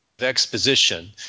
exposition